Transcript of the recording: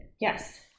Yes